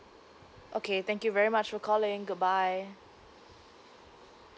okay thank you very much for calling goodbye